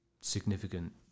significant